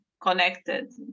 connected